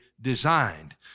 designed